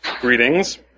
Greetings